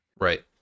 right